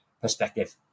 perspective